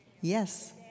Yes